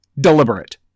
deliberate